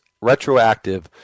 retroactive